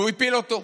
והוא הפיל אותו.